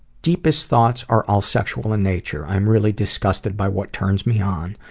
deepest thoughts are all sexual in nature. i am really disgusted by what turns me on.